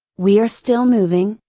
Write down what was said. we are still moving,